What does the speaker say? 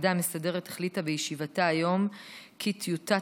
הוועדה המסדרת החליטה בישיבתה היום כי טיוטת